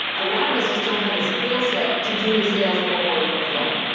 a lot of us just don't have the skillset to do the sales over the phone,